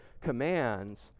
commands